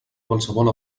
qualsevol